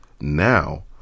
Now